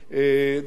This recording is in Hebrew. הודעה חשובה,